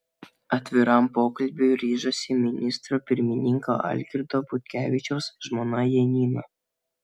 atviram pokalbiui ryžosi ministro pirmininko algirdo butkevičiaus žmona janina